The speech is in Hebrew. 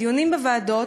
מדיונים בוועדות,